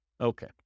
Okay